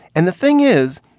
and the thing is,